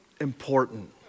important